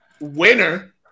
winner